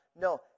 No